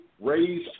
Raise